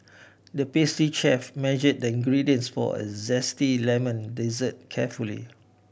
the pastry chef measured the ingredients for a zesty lemon dessert carefully